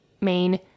main